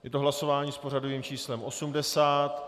Je to hlasování s pořadovým číslem 80.